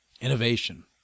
Innovation